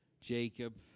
Jacob